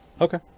Okay